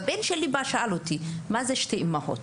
הבן שלי בא ושאל אותי: "מה זה שתי אימהות?".